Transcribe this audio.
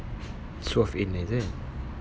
swerve in is it